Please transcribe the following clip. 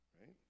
right